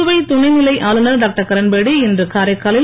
புதுவை துணை நிலை ஆளுநர் டாக்டர் கிரண்பேடி இன்று காரைக்காலில்